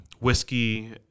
Whiskey